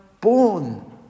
born